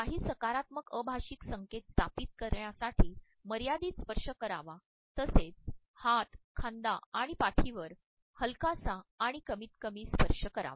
काही सकारात्मक अभाषिक संकेत स्थापित करण्यासाठी मर्यादित स्पर्श करावा तसेच हात खांदा आणि पाठीवर हलकासा आणि कमीत कमी स्पर्श करावा